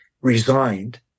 resigned